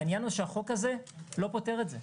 העניין הוא שהחוק הזה לא פותר את זה.